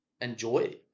enjoy